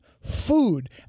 Food